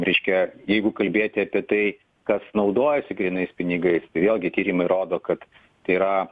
reiškia jeigu kalbėti apie tai kas naudojasi grynais pinigais tai vėlgi tyrimai rodo kad tai yra